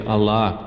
Allah